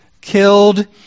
killed